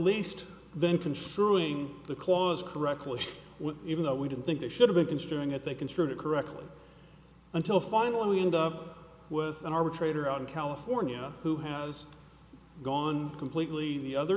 least then construing the clause correctly even though we didn't think they should have been considering that they can treat it correctly until finally we end up with an arbitrator out in california who has gone completely the other